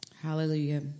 Hallelujah